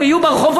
הם יהיו ברחובות.